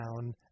down